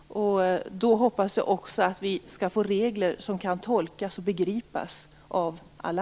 Jag hoppas alltså att vi får regler som kan tolkas och begripas av alla.